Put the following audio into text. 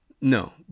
no